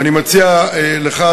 ואני מציע לך,